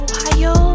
Ohio